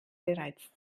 bereits